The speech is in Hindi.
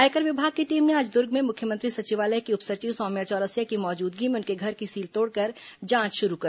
आयकर विभाग की टीम ने आज दुर्ग में मुख्यमंत्री सचिवालय की उप सचिव सौम्या चौरसिया की मौजूदगी में उनके घर की सील तोड़कर जांच शुरू की